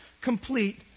complete